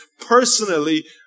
personally